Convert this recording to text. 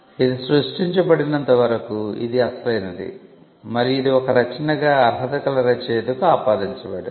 ఇది సృష్టించబడినంతవరకు ఇది అసలైనది మరియు ఇది ఒక రచనగా అర్హత గల రచయితకు ఆపాదించబడింది